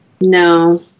No